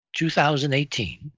2018